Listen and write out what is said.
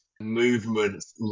movements